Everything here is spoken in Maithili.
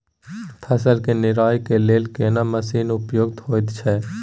फसल के निराई के लेल केना मसीन उपयुक्त होयत छै?